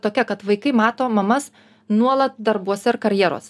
tokia kad vaikai mato mamas nuolat darbuos ir karjeros